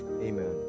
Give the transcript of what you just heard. Amen